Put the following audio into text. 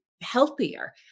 healthier